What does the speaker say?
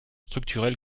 structurelles